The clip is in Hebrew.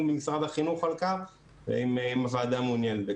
במשרד החינוך על כך אם הוועדה מעוניינת בכך.